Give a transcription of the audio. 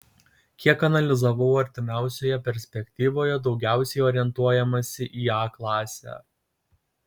kiek analizavau artimiausioje perspektyvoje daugiausiai orientuojamasi į a klasę